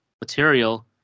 material